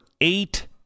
eight